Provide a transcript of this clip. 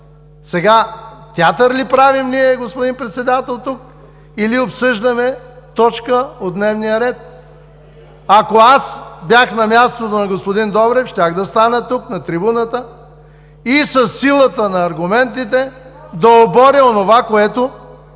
Сега театър ли правим ние тук, господин Председател, или обсъждаме точка от дневния ред? Ако аз бях на мястото на господин Добрев, щях да стана тук, на трибуната, и със силата на аргументите да оборя онова, което